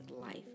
life